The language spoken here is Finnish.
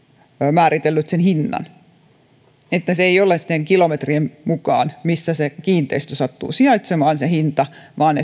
määritellyt sen hinnan se hinta ei ole niiden kilometrien mukaan missä se kiinteistö sattuu sijaitsemaan vaan